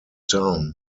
town